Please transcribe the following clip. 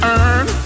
earn